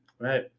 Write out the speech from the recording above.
right